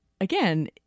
Again